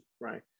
right